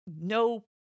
no